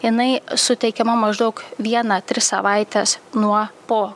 jinai suteikiama maždaug vieną tris savaites nuo po